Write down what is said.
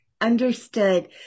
understood